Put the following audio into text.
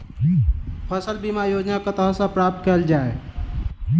फसल बीमा योजना कतह सऽ प्राप्त कैल जाए?